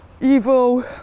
evil